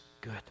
good